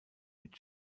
mit